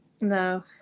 No